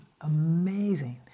amazing